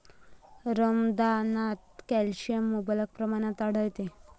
रमदानात कॅल्शियम मुबलक प्रमाणात आढळते